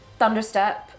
thunderstep